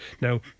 Now